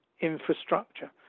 infrastructure